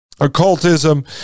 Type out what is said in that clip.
occultism